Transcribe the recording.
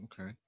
Okay